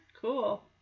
Cool